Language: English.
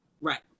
Right